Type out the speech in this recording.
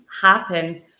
happen